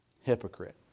hypocrite